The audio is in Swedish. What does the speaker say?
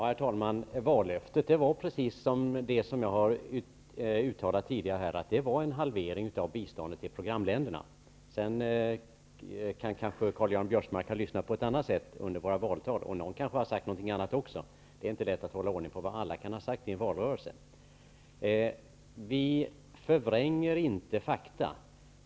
Herr talman! Vallöftet var precis det som jag här tidigare har uttalat, dvs. en halvering av biståndet till programländerna. Karl-Göran Biörsmark kan kanske ha lyssnat på ett annat sätt under våra valtal och någon kan ha sagt någonting annat också. Det är inte lätt att hålla reda på vad alla har sagt i valrörelsen. Vi förvränger inte fakta.